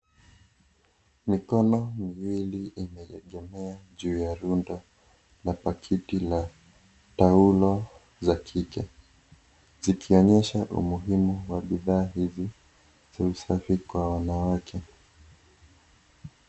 Mikono miwili imeegemea juu ya runda na pakiti la taulo za kike zikionyesha umuhimu wa bidhaa hizi za usafi kwa wanawake.